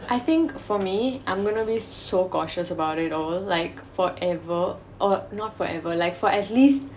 I think for me I'm going to be so cautious about it all like forever oh not forever like for at least